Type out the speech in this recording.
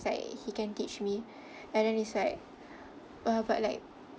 it's like he can teach me and then it's like uh but like